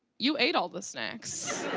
you ate all the snacks.